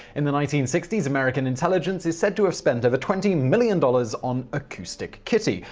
in the nineteen sixty s, american intelligence is said to have spent over twenty million dollars on acoustic kitty,